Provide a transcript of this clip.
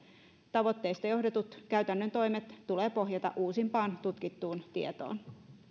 tavoitteista johdettujen käytännön toimien tulee pohjautua uusimpaan tutkittuun tietoon